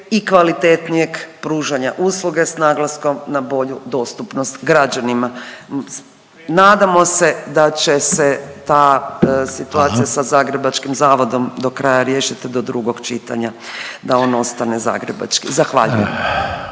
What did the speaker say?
i kvalitetnijeg pružanja usluge s naglaskom na bolju dostupnost građanima. Nadamo se da će se ta situacija …/Upadica Reiner: Hvala./… sa zagrebačkim zavodom do kraja riješiti do drugog čitanja, da on ostane zagrebački. Zahvaljujem.